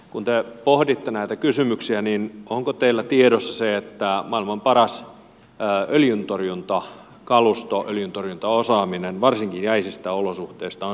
kun te pohditte näitä kysymyksiä niin onko teillä tiedossa se että maailman paras öljyntorjuntakalusto öljyntorjuntaosaaminen varsinkin jäisissä olosuhteissa on suomalaisilla